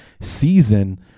season